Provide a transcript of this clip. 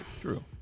True